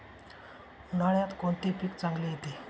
उन्हाळ्यात कोणते पीक चांगले येते?